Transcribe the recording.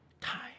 time